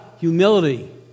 humility